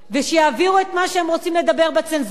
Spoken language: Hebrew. ושיעבירו את מה שהם רוצים לדבר בצנזורה.